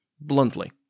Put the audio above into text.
bluntly